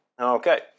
okay